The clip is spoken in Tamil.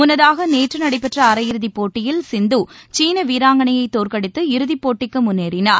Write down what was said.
முன்னதாக நேற்று நடைபெற்ற அரையிறுதிப் போட்டியில் சிந்து சீன வீராங்கணையை தோற்கடித்து இறுதிப்போட்டிக்கு முன்னேறினார்